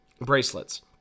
bracelets